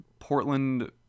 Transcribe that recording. Portland